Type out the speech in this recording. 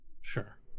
Sure